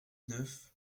neuf